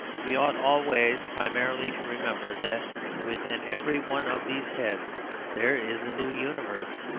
we ought always primarily to remember that within every one of these heads there is a new universe,